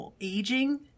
aging